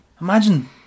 Imagine